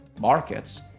markets